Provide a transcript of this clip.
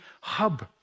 hub